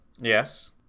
Yes